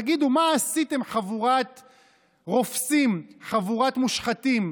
תגידו, מה עשיתם, חבורת רופסים, חבורת מושחתים?